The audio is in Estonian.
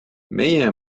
meie